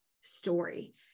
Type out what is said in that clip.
story